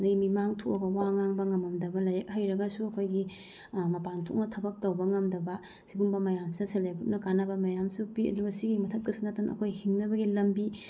ꯑꯗꯒꯤ ꯃꯤꯃꯥꯡ ꯊꯣꯛꯑꯒ ꯋꯥ ꯉꯥꯡꯕ ꯉꯃꯝꯗꯕ ꯂꯥꯏꯔꯤꯛ ꯍꯩꯔꯒꯁꯨ ꯑꯩꯈꯣꯏꯒꯤ ꯃꯄꯥꯟ ꯊꯣꯛꯅ ꯊꯕꯛ ꯇꯧꯕ ꯉꯝꯗꯕ ꯁꯤꯒꯨꯝꯕ ꯃꯌꯥꯝꯁꯤꯅ ꯁꯦꯜꯐ ꯍꯦꯜꯞ ꯒ꯭ꯔꯨꯞꯅ ꯀꯥꯟꯅꯕ ꯃꯌꯥꯝꯁꯨ ꯄꯤ ꯑꯗꯨꯒ ꯁꯤꯒꯤ ꯃꯊꯛꯇꯁꯨ ꯅꯠꯇꯅ ꯑꯩꯈꯣꯏ ꯍꯤꯡꯅꯕꯒꯤ ꯂꯝꯕꯤ